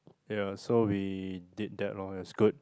ya so we did that loh that's good